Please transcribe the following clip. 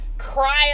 cry